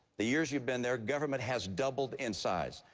the years you've been there, government has doubled in size.